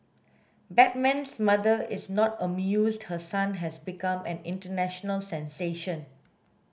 batman's mother is not amused her son has become an international sensation